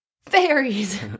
fairies